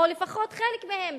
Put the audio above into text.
או לפחות חלק מהם,